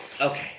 Okay